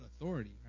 authority